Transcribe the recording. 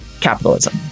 capitalism